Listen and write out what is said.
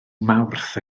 mawrth